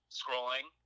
scrolling